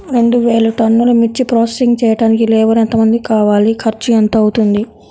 రెండు వేలు టన్నుల మిర్చి ప్రోసెసింగ్ చేయడానికి లేబర్ ఎంతమంది కావాలి, ఖర్చు ఎంత అవుతుంది?